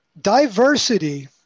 Diversity